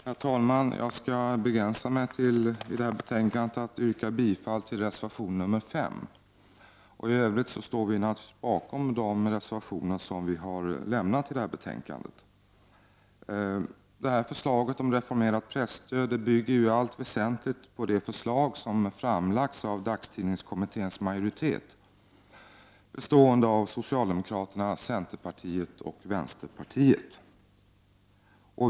Herr talman! Jag skall i detta betänkande inskränka mig till att yrka bifall till reservation 5. I övrigt står vi naturligtvis bakom de reservationer som vi har fogat till detta betänkande. Förslaget om reformerat presstöd bygger i allt väsentligt på det förslag som framlagts av dagstidningskommitténs majoritet bestående av socialdemokraterna, centerpartiet och vänsterpartiet.